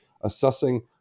assessing